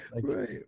Right